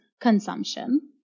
consumption